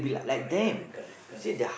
ya correct correct correct correct